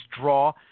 draw